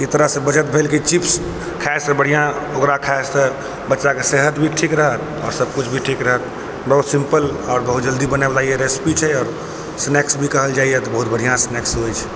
एहि तरहसँ बचत भेल की चिप्स खाइ सँ बढ़िऑं तऽ ओकरा खाइ सँ बच्चा कऽ सेहत भी ठीक रहत आओर सभकिछु भी ठीक रहत बहुत सिम्पल आओर बहुत जल्दी बनै बला ई रेसिपी छै स्नैक्स भी कहल जाइए बहुत बढ़िया स्नैक्स होइ छै